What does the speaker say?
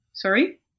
Sorry